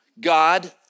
God